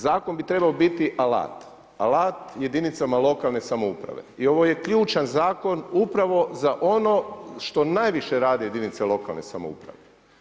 Zakon bi trebao biti alat, alat jedinica lokalne samouprave i ovo je ključan zakon upravo za ono što najviše rade jedinice lokalne samouprave.